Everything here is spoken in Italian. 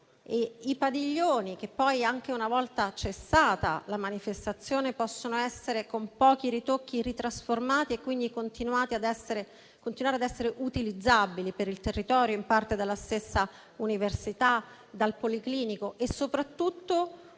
i padiglioni che poi, anche una volta cessata la manifestazione, possono essere con pochi ritocchi ritrasformati e quindi essere utilizzabili per il territorio, in parte dalla stessa università, dal policlinico. Si tratta